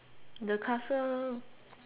the castle